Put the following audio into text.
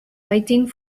waiting